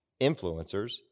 influencers